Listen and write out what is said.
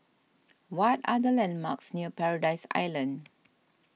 what are the landmarks near Paradise Island